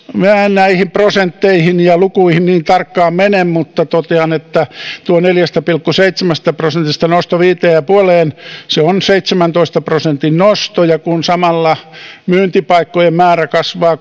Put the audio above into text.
näihin prosentteihin ja lukuihin niin tarkkaan mene mutta totean että neljästä pilkku seitsemästä nosto viiteen pilkku viiteen on seitsemäntoista prosentin nosto ja kun samalla myyntipaikkojen määrä kasvaa